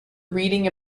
reading